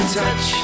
touch